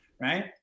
right